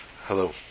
Hello